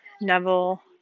Neville